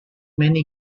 many